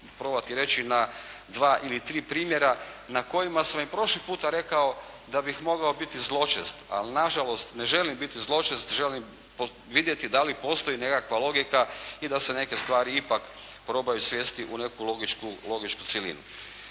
probati reći na dva ili tri primjera na kojima sam i prošli puta rekao da bih mogao biti zločest, ali nažalost ne želim biti zločest. Želim vidjeti da li postoji nekakva logika i da se neke stvari ipak probaju svesti u neku logičku cjelinu.